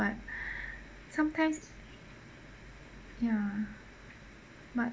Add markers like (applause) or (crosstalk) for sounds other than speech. but (breath) sometimes ya but